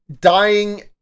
dying